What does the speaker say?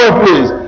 please